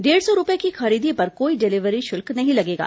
डेढ़ सौ रूपए की खरीदी पर कोई डिलीवरी शुल्क नहीं लगेगा